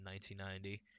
1990